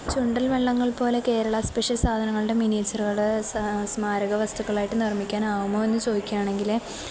ചുണ്ടന് വള്ളങ്ങൾ പോലെ കേരളാ സ്പെഷ്യൽ സാധനങ്ങളുടെ മിനിയേച്ചറുകള് സ്മാരകവസ്തുക്കളായിട്ട് നിർമ്മിക്കാനാകുമോയെന്ന് ചോദിക്കുകയാണെങ്കില്